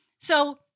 So-